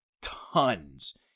tons